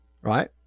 right